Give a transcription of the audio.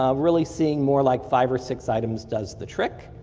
ah really seeing more like five or six items does the trick.